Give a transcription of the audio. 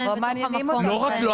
תודה רבה.